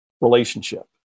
relationship